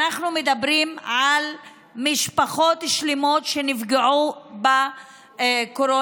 אנחנו מדברים על משפחות שלמות שנפגעו בקורונה,